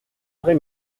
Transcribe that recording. vrai